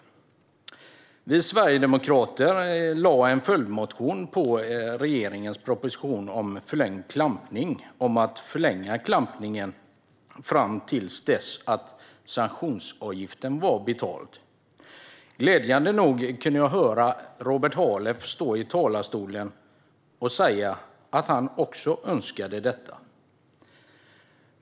På regeringens proposition om förlängd klampning väckte vi sverigedemokrater en följdmotion om att förlänga klampningen fram till dess att sanktionsavgiften är betald. Glädjande nog kunde jag höra Robert Halef stå i talarstolen och säga att han också önskade detta.